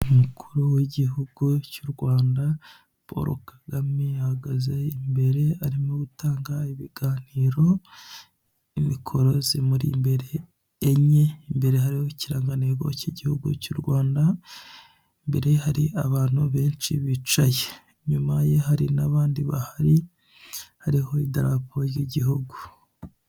Umukuru w'igihugu cy'u Rwanda Paul Kagame ahagaze imbere arimo gutanga ibiganiro mikoro zimuri imbere enye, imbere hariho n'ikirangantego k'igihugu cy'u Rwanda, imbere ye hari abantu benshi bicaye, inyuma ye hari n'abandi bahari hariho idarapo ry'igihugu.